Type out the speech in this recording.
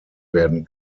werden